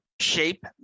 shape